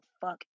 fuck